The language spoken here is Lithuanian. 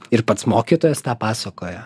ir pats mokytojas tą pasakojo